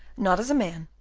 not as a man,